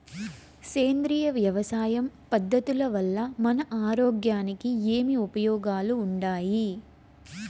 సేంద్రియ వ్యవసాయం పద్ధతుల వల్ల మన ఆరోగ్యానికి ఏమి ఉపయోగాలు వుండాయి?